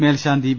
മേൽശാന്തി വി